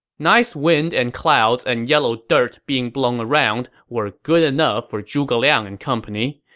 nice wind and clouds and yellow dirt being blown around were good enough for zhuge liang and company,